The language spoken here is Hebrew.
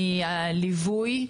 מהליווי,